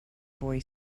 boy